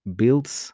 builds